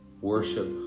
worship